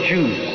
Jews